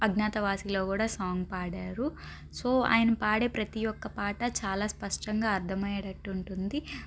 అజ్ఞాతవాసిలో కూడా సాంగ్ పాడారు సో ఆయన పాడే ప్రతి ఒక్క పాట చాలా స్పష్టంగా అర్థం అయ్యేటట్టు ఉంటుంది